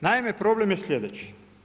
Naime, problem je slijedeći.